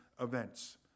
events